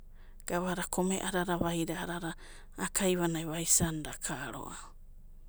Gavada komedada vaida a'adada, a'a kaivanau vaisanda akaroava.